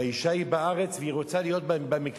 והאשה היא בארץ, והיא רוצה להיות במקלט.